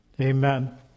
amen